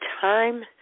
Time